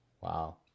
Wow